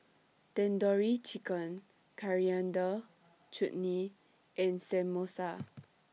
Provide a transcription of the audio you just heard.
Tandoori Chicken Coriander Chutney and Samosa